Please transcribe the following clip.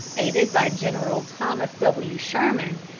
aided by general thomas w. sherman,